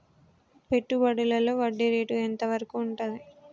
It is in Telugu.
పెట్టుబడులలో వడ్డీ రేటు ఎంత వరకు ఉంటది?